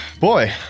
boy